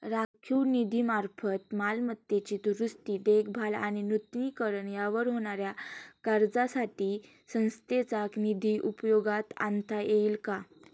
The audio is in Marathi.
राखीव निधीमार्फत मालमत्तेची दुरुस्ती, देखभाल आणि नूतनीकरण यावर होणाऱ्या खर्चासाठी संस्थेचा निधी उपयोगात आणता येईल का?